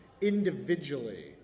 individually